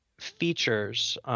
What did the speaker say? features